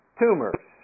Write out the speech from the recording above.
tumors